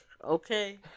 Okay